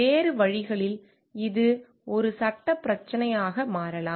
வேறு வழிகளில் இது ஒரு சட்டப் பிரச்சினையாக மாறலாம்